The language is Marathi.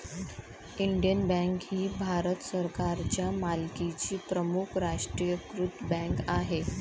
इंडियन बँक ही भारत सरकारच्या मालकीची प्रमुख राष्ट्रीयीकृत बँक आहे